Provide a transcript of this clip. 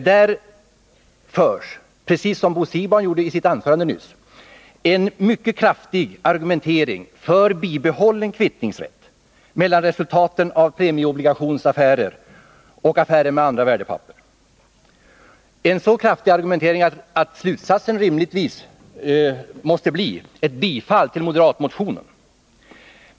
Där förs, precis som i Bo Siegbahns anförande nyss, en mycket kraftig argumentering för behållen kvittningsrätt mellan resultaten av premieobligationsaffärer och affärer med andra värdepapper, och slutsatsen måste rimligtvis bli ett bifall till moderatmotionen.